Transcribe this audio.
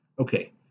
okay